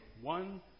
one